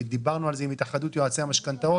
ודיברנו על זה עם התאחדות יועצי המשכנתאות.